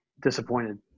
disappointed